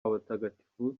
abatagatifu